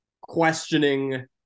questioning